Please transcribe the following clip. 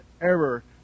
error